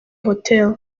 hotel